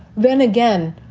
then again,